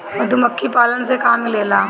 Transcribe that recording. मधुमखी पालन से का मिलेला?